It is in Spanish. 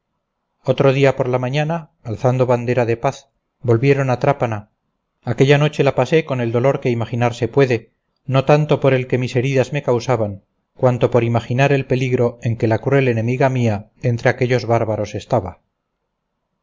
otro día por la mañana alzando bandera de paz volvieron a trápana aquella noche la pasé con el dolor que imaginarse puede no tanto por el que mis heridas me causaban cuanto por imaginar el peligro en que la cruel enemiga mía entre aquellos bárbaros estaba